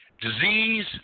disease